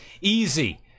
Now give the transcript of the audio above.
Easy